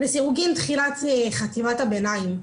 תחילת חטיבת הביניים,